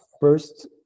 first